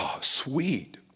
sweet